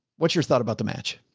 what's your thought about the match?